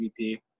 MVP